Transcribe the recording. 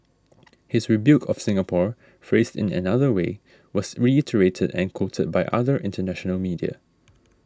his rebuke of Singapore phrased in another way was reiterated and quoted by other international media